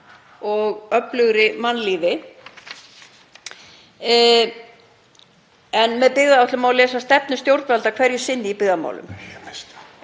og öflugra mannlífi. Með byggðaáætlun má lesa stefnu stjórnvalda hverju sinni í byggðamálum.